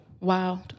Wow